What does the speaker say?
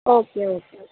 okay okay